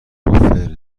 وافل